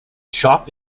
shop